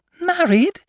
Married